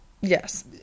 Yes